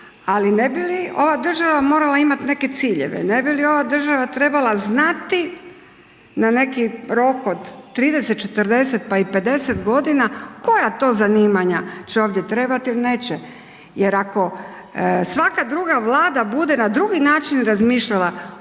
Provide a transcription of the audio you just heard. ali, ne bi li ova država morala imati neke ciljeve? Ne bi li ova država trebala znati na neki rok od 30, 40, pa i 50 godina koja to zanimanja će ovdje trebati ili neće jer ako svaka druga vlada bude na drugi način razmišljala